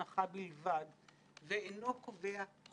קרי: היועץ המשפטי לכנסת